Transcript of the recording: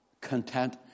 content